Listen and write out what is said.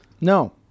No